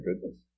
goodness